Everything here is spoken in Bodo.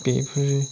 बेफोरो